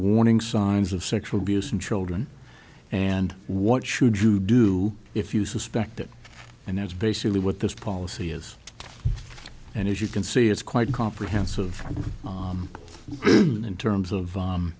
warning signs of sexual abuse in children and what should you do if you suspect that and that's basically what this policy is and as you can see it's quite comprehensive in terms of